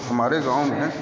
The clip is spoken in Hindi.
हमारे गाँव में